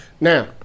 now